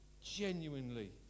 genuinely